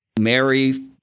Mary